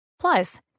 Plus